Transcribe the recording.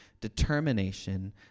determination